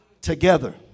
together